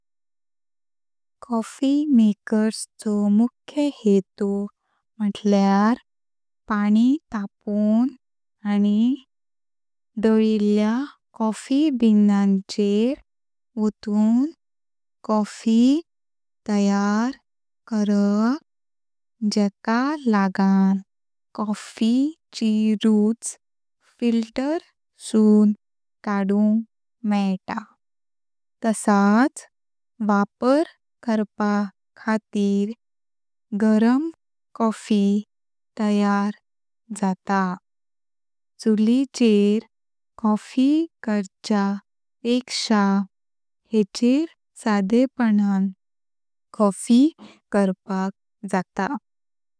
Coffee makers चो मुख्य हेतु म्हुटल्यार पाणी तापोव्न आनी दालिल्ल्या कॉफी बीनांचेऱ वोतून कॉफी तयार करप। जेका लागन कॉफी ची रुच फिल्टर सून काढूनक मेळता। तसच वापार करपा खातीर गरम कॉफी तयार जातां। चुलीचेर कॉफी खर्चा पेकशा हेचेर सादेपनान कॉफी करपाक जातां।